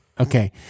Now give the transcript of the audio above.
Okay